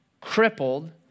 crippled